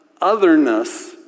otherness